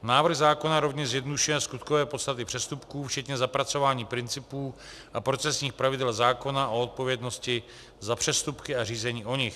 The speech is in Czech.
Návrh zákona rovněž zjednodušuje skutkové podstaty přestupků včetně zapracování principů a procesních pravidel zákona o odpovědnosti za přestupky a řízení o nich.